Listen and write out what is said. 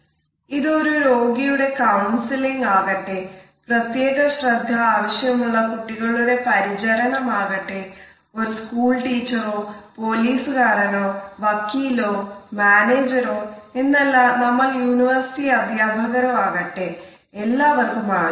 ഇത് ഒരു രോഗിയുടെ കൌൺസിലിങ് ആകട്ടെ പ്രത്യേക ശ്രദ്ധ ആവശ്യമുള്ള കുട്ടികളുടെ പരിചരണം ആകട്ടെ ഒരു സ്കൂൾ ടീച്ചറോ പോലീസ്കാരനോ വക്കീലോ മാനേജരോ എന്നല്ല നമ്മൾ യൂണിവേഴ്സിറ്റി അധ്യാപകരോ ആകട്ടെ എല്ലാവർക്കും ആവശ്യമാണ്